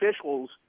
officials